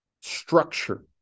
structure